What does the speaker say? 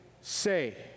say